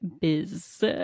Biz